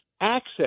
access